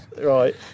Right